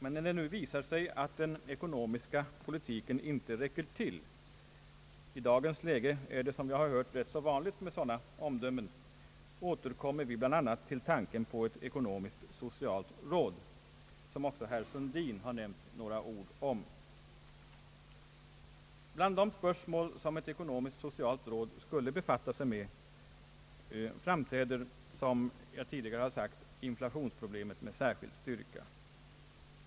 Men när det nu visar sig att den ekonomiska politiken inte räcker till — i dagens läge är det, som vi har hört, ganska vanligt med sådana omdömen — återkommer vi bl.a. till tan ken på ett ekonomisk-socialt råd, som också herr Sundin berörde för en stund sedan. Bland de spörsmål som ett ekonomiskt-socialt råd skulle befatta sig med framträder, som jag tidigare sagt, inflationsproblemet med särskild styrka.